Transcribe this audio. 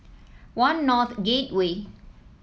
One North Gateway